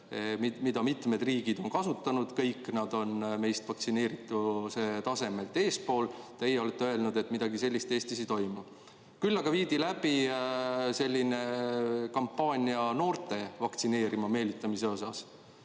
välja. Mitmed riigid on seda kasutanud. Kõik nad on meist vaktsineerituse tasemelt eespool. Teie olete öelnud, et midagi sellist Eestis ei toimu. Küll aga viidi läbi selline kampaania noorte vaktsineerima meelitamiseks,